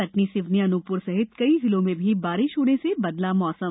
कटनी सिवनी अनूपपुर सहित कई जिलों में भी बारिश होने से बदला मौसम